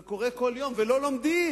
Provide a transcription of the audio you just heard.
זה קורה כל יום, ולא לומדים,